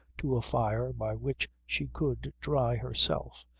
to a fire by which she could dry herself,